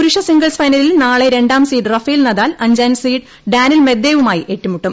പുരുഷ സിംഗിൾസ് ഫൈനലിൽ നാളെ രണ്ടാം സീഡ് റഫേൽ നദാൽ അഞ്ചാം സീഡ് ഡാനിൽ മെദ്ദേവുമായി ഏറ്റുമുട്ടും